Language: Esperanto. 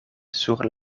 sur